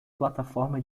plataforma